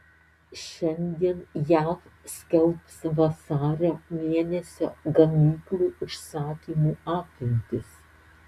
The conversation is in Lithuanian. šiandien jav skelbs vasario mėnesio gamyklų užsakymų apimtis